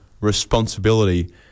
responsibility